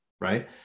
right